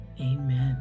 Amen